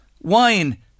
Wine